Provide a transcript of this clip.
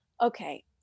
okay